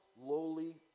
lowly